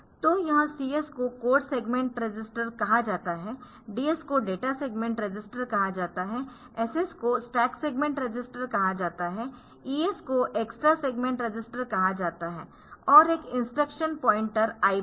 तो यह CS को कोड सेगमेंट रजिस्टर कहा जाता है DS को डेटा सेगमेंट रजिस्टर कहा जाता है SS को स्टैक सेगमेंट रजिस्टर कहा जाता है ES को एक्स्ट्रा सेगमेंट रजिस्टर कहा जाता है और एक इंस्ट्रक्शनपॉइंटर IP है